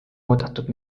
oodatud